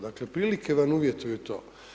Dakle, prilike vam uvjetuju za to.